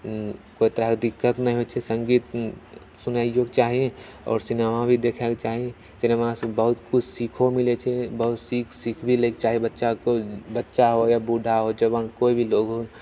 कोइ तरहके दिक्कत नहि होइत छै सङ्गीत सुनैयोके चाही आओर सिनेमा भी देखैके चाही सिनेमा से बहुत किछु सीखो मिलैत छै बहुत चीज सीख भी लै छै चाहे बच्चाके बच्चा हो या बूढ़ा होए जबान केओ भी लोग हो